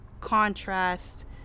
contrast